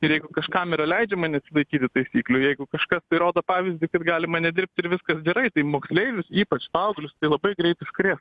ir jeigu kažkam yra leidžiama nesilaikyti taisyklių jeigu kažkas tai rodo pavyzdį kaip galima nedirbt ir viskas gerai tai moksleivius ypač paauglius tai labai greit užkrės